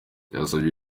byasabye